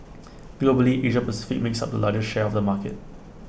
Globally Asia Pacific makes up the largest share of the market